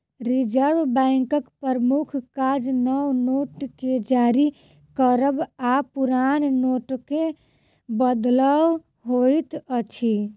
reserve बैंकक प्रमुख काज नव नोट के जारी करब आ पुरान नोटके बदलब होइत अछि